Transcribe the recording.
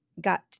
got